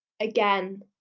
again